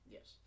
Yes